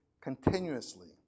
continuously